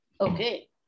Okay